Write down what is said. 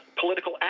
political